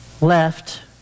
left